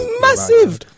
massive